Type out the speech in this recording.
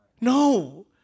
No